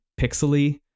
pixely